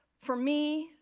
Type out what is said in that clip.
for me,